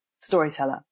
storyteller